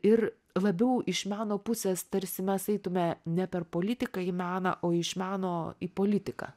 ir labiau iš meno pusės tarsi mes eitume ne per politiką į meną o iš meno į politiką